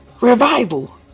Revival